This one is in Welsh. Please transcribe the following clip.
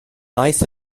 aeth